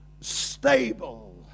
Stable